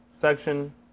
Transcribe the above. section